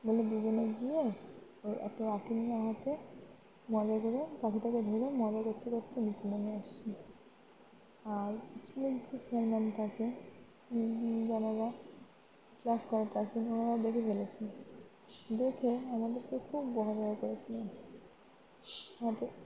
বলে দুজনে গিয়ে ও একটা লাঠি নিয়ে হাতে মজা করে পাখিটাকে ধরে মজা করতে করতে নিচে নেমে আসছি আর স্কুলের যে স্যার ম্যাম থাকে যারা ক্লাস করাতে আসছেন ওনারা দেখে ফেলেছেন দেখে আমাদেরকে খুব বকাঝকা করেছিলেন